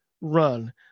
run